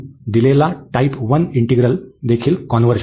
आणि म्हणून दिलेला टाईप 1 इंटिग्रल देखील कॉन्व्हर्ज होतो